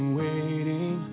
waiting